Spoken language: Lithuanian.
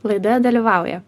laidoje dalyvauja